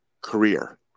career